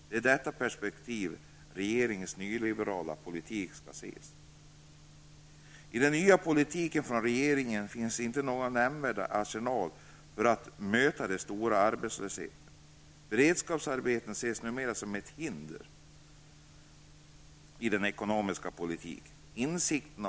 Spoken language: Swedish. Det är i detta perspektiv regeringens nyliberala politik skall ses. I den nya politiken från regeringen finns inte någon nämnvärd arsenal för att möta den stora arbetslösheten. Beredskapsarbeten ses numera som ett hinder i den ekonomiska politiken.